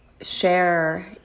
share